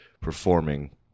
performing